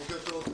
בוקר טוב,